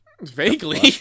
Vaguely